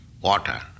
water